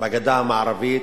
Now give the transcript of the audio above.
בגדה המערבית,